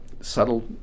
subtle